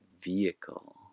vehicle